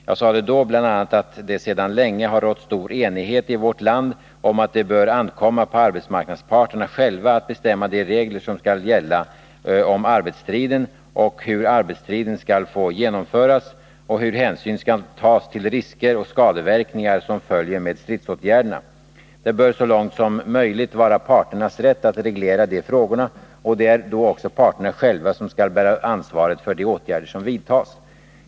Jag sade då bl.a. att det sedan länge har rått stor enighet i vårt land om att det bör ankomma på arbetsmarknadsparterna själva att bestämma de regler som skall gälla om arbetsstriden, om hur arbetsstriden skall få genomföras och hur hänsyn skall tas till risker och skadeverkningar som följer med stridsåtgärderna. Det bör så långt som möjligt vara parternas rätt att reglera de frågorna, och det är då också parterna själva som skall bära ansvaret för de åtgärder som vidtas.